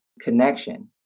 connection